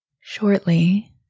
Shortly